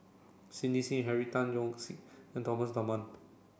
Cindy Sim Henry Tan Yoke See and Thomas Dunman